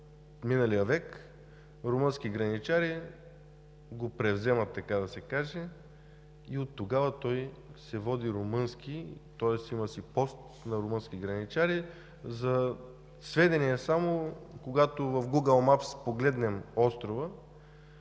миналия век румънски граничари го превземат, така да се каже, и оттогава той се води румънски, тоест има си пост на румънски граничари. Само за сведение, когато в гугъл мапс погледнем острова